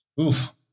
Oof